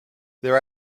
their